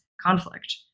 conflict